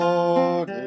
Lord